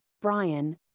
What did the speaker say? brian